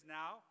now